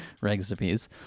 recipes